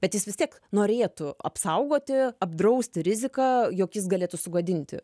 bet jis vis tiek norėtų apsaugoti apdrausti riziką jog jis galėtų sugadinti